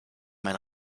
mein